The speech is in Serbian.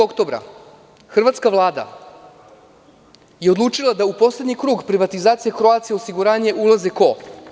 Dana 10. oktobra Hrvatska vlada je odlučila da u poslednji krug privatizacije „Croatia osiguranje“ ulazi ko?